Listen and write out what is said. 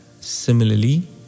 Similarly